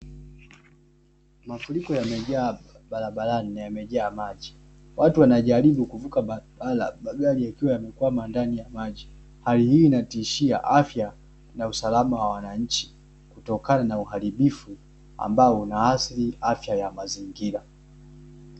Mafuriko yamejaa barabarani na yamejaa maji. Watu wanajaribu kuvuka barabara magari yakiwa yamekwama ndani ya maji, hali hii inatishia afya na usalama wa wananchi kutokana na uharibifu ambao una athiri afya ya mazingira.